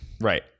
right